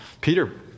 Peter